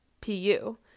PU